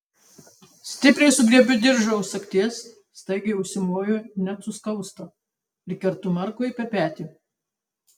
stipriai sugriebiu diržą už sagties staigiai užsimoju net suskausta ir kertu markui per petį